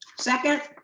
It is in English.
second.